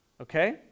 Okay